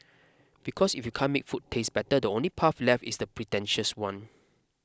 because if you can't make food taste better the only path left is the pretentious one